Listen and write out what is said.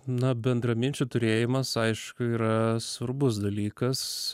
na bendraminčių turėjimas aišku yra svarbus dalykas